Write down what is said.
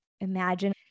imagine